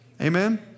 amen